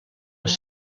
les